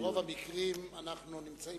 ברוב המקרים אנחנו נשארים